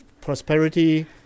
prosperity